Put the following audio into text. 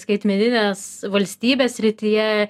skaitmeninės valstybės srityje